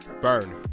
Burn